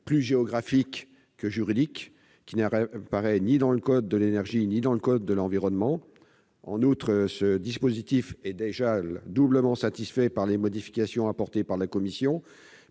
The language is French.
que géographique : il n'apparaît ni dans le code de l'énergie ni dans le code de l'environnement. En outre, cet amendement est doublement satisfait par les modifications apportées en commission